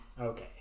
Okay